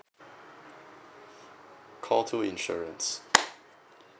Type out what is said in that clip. call two insurance